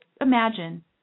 imagine